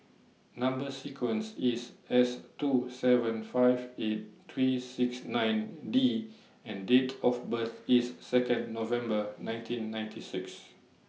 Number sequence IS S two seven five eight three six nine D and Date of birth IS Second November nineteen ninety six